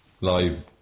Live